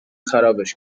خرابش